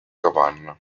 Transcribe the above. capanna